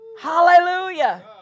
Hallelujah